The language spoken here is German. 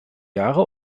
jahre